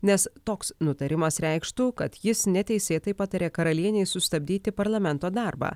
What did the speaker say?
nes toks nutarimas reikštų kad jis neteisėtai patarė karalienei sustabdyti parlamento darbą